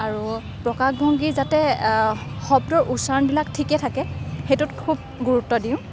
আৰু প্ৰকাশ ভংগী যাতে শব্দৰ উচ্চাৰণবিলাক ঠিকে থাকে সেইটোত খুব গুৰুত্ব দিওঁ